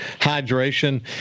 hydration